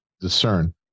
discern